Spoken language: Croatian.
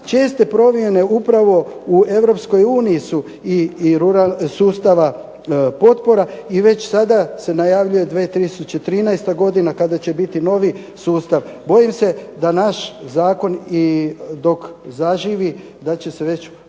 česte promjene uprav u Europskoj uniji su i sustava potpora i već sada se najavljuje 2013. godina kada će biti novi sustav. Bojim se da naš zakon i dok zaživi da će se već